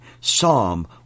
Psalm